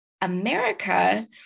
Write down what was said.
America